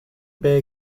bey